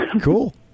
Cool